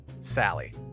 Sally